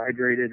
hydrated